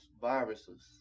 viruses